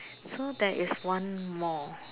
so there is one more